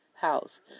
House